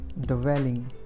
Dwelling